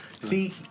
See